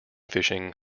fishing